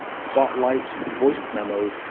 spotlight, voice memos,